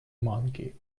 monkey